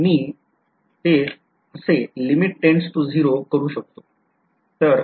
तर मी ते असे करू शकतो